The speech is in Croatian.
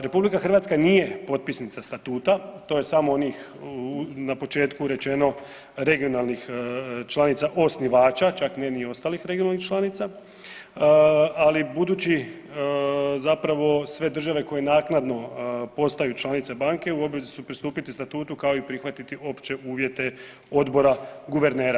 RH nije potpisnica statuta, to je samo onih na početku rečeno regionalnih članica osnivača, čak nije ni ostalih regionalnih članica, ali budući zapravo sve države koje naknadno postaju članice banke u obvezi su pristupiti statutu, kao i prihvatiti opće uvjete Odbora guvernera.